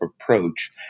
approach